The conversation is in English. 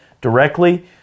directly